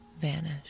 vanish